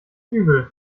übel